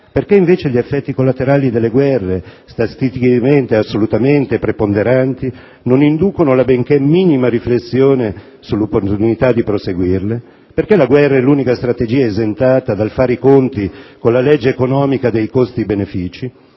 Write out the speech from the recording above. Perché, invece, gli effetti collaterali delle guerre, statisticamente assolutamente preponderanti, non inducono la benché minima riflessione sull'opportunità di proseguirle? Perché la guerra è l'unica strategia esentata dal fare i conti con la legge economica dei costi/benefìci?